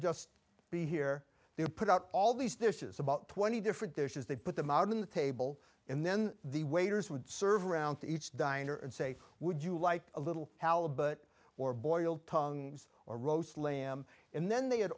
just be here they put out all these dishes about twenty different dishes they put them out in the table and then the waiters would serve around to each diner and say would you like a little how but or boiled tongues or roast lamb and then they had